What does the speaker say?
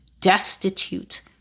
destitute